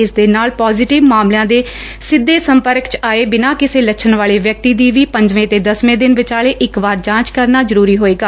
ਇਸ ਦੇ ਨਾਲ ਪਾਜ਼ੇਟਿਵ ਮਾਮਲਿਆਂ ਦੇ ਸਿੱਧੇ ਸੰਪਰਕ ਚ ਆਏ ਬਿਨਾਂ ਕਿਸੇ ਲੱਛਣ ਵਾਲੇ ਵਿਅਕਤੀਆਂ ਦੀ ਵੀ ਪੰਜਵੇਂ ਤੇ ਦਸਵੇਂ ਦਿਨ ਵਿਚਾਲੇ ਇਕ ਵਾਰ ਜਾਂਚ ਕਰਨਾ ਜ਼ਰੂਰੀ ਹੋਏਗਾ